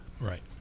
Right